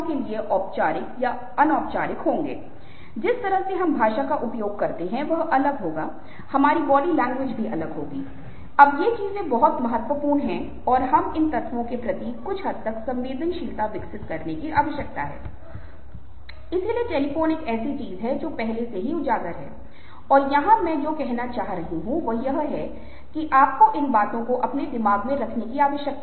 तो कई अध्ययनों के लिए जो हम छल में करते हैं हम वास्तव में ऐसे प्रशिक्षकों की मदद लेते हैं या कुछ छात्र जाते हैं और प्रशिक्षित होते हैं और फिर वे आते हैं और विभिन्न भावनाओं की पहचान करते हैं